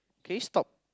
can you stop